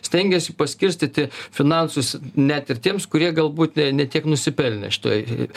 stengiasi paskirstyti finansus net ir tiems kurie galbūt ne tiek nusipelnė šitoj